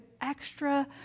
extra